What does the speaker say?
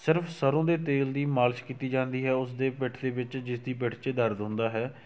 ਸਿਰਫ ਸਰ੍ਹੋਂ ਦੇ ਤੇਲ ਦੀ ਮਾਲਿਸ਼ ਕੀਤੀ ਜਾਂਦੀ ਹੈ ਉਸ ਦੇ ਪਿੱਠ ਦੇ ਵਿੱਚ ਜਿਸ ਦੀ ਪਿੱਠ 'ਚ ਦਰਦ ਹੁੰਦਾ ਹੈ ਅਤੇ ਆਪਾਂ ਅਗਰ ਗੱਲ